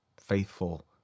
faithful